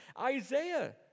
Isaiah